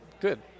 Good